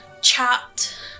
chat